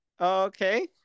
Okay